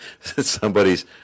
Somebody's